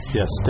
yes